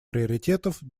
приоритетов